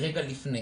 רגע לפני.